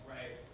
Right